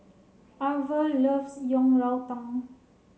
Arvel loves Yang Rou Tang